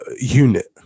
unit